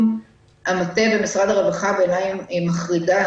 המטה במשרד הרווחה בעיניי היא מחרידה.